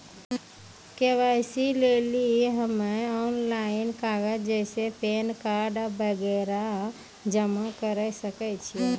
KYC लेली हम्मय online कागज जैसे पैन कार्ड वगैरह जमा करें सके छियै?